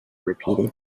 repeated